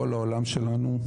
כל העולם שלנו,